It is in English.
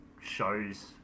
shows